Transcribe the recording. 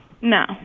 No